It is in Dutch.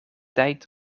tijd